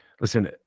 listen